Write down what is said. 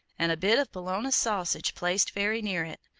and a bit of bologna sausage placed very near it,